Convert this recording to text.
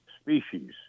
species